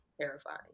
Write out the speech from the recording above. terrifying